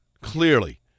clearly